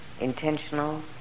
intentional